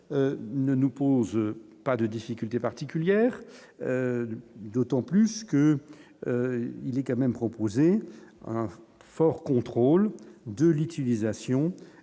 ne nous pose pas de difficultés particulières, d'autant plus que il est quand même proposé un fort contrôle de Lixus Lisa Sion